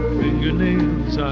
fingernails